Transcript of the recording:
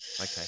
Okay